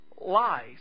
lies